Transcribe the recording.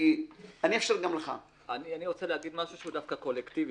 אני רוצה להגיד משהו שהוא דווקא קולקטיבי.